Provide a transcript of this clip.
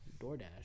DoorDash